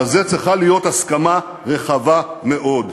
על זה צריכה להיות הסכמה רחבה מאוד.